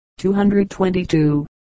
222